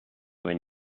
when